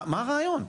מה הרעיון?